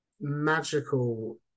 magical